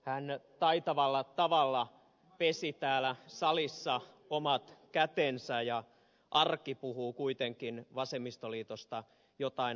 hän taitavalla tavalla pesi täällä salissa omat kätensä ja arki puhuu kuitenkin vasemmistoliitosta jotain aivan muuta